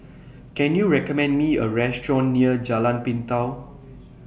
Can YOU recommend Me A Restaurant near Jalan Pintau